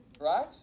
Right